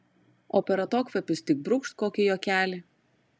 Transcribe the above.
o per atokvėpius tik brūkšt kokį juokelį